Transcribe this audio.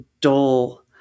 dull